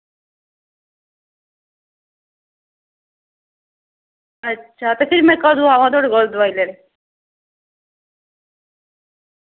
ते अच्छा भी कदूं आवां थुआढ़े कोल दोआई लैने गी